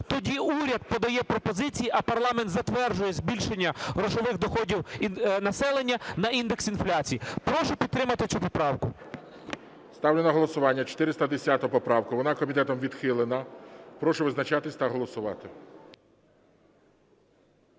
тоді уряд подає пропозиції, а парламент затверджує збільшення грошових доходів населення на індекс інфляції. Прошу підтримати цю поправку. ГОЛОВУЮЧИЙ. Ставлю на голосування 410 поправку. Вона комітетом відхилена. Прошу визначатись та голосувати.